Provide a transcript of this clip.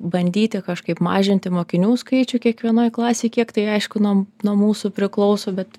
bandyti kažkaip mažinti mokinių skaičių kiekvienoj klasėj kiek tai aišku nuo nuo mūsų priklauso bet